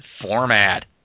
format